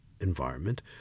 environment